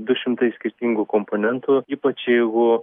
du šimtai skirtingų komponentų ypač jeigu